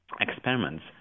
experiments